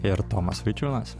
ir tomas vaičiūnas